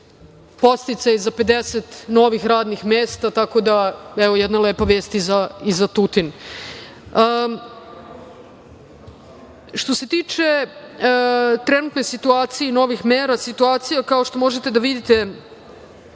Podsticaj za 50 novih radnih mesta, tako da evo jedna lepa vest i za Tutin. Što se tiče trenutne situacije i novih mera, situacija, kao što možete da vidite,